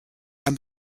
and